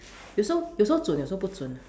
有时候有时候准有时候不准